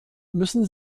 müssen